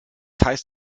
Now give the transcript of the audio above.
heißt